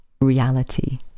reality